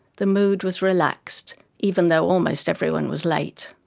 the mood was relaxed even though almost everyone was late.